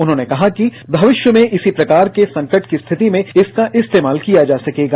उन्होंने कहा कि मविष्य में इसी प्रकार के संकट की रिथति में इसका इस्तेमालकिया जा सकेगा